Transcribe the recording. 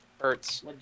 Hurts